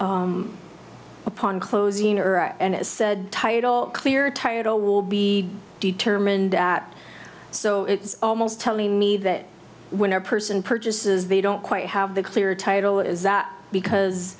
with upon closing or and it said title clear title will be determined at so it's almost telling me that when a person purchases they don't quite have the clear title is that because